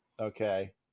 okay